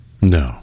No